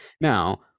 Now